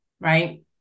right